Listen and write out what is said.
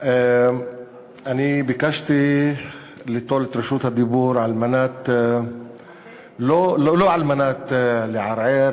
אני ביקשתי ליטול את רשות הדיבור לא על מנת לערער